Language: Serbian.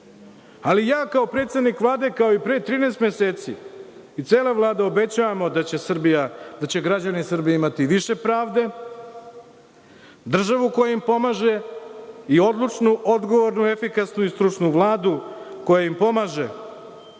ali ja kao predsednik Vlade, kao i pre 13 meseci i cele Vlade, obećavamo da će Srbija, da će građani Srbije imati više pravde, državu koja im pomaže i odlučnu, odgovornu, efikasnu i stručnu Vladu koja im pomaže